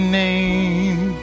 name